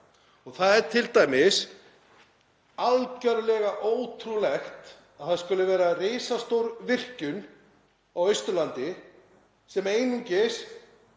Það er t.d. algerlega ótrúlegt að það skuli vera risastór virkjun á Austurlandi sem einungis